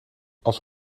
als